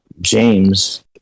James